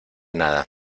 nada